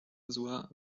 zła